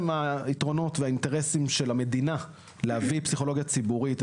היתרונות והאינטרסים של המדינה להביא פסיכולוגיה ציבורית: